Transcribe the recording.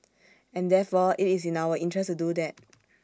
and therefore IT is in our interest to do that